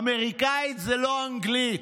אמריקאית היא לא אנגלית.